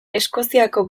eskoziako